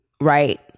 Right